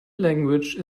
language